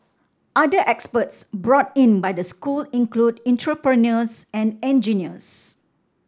other experts brought in by the school include entrepreneurs and engineers